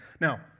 Now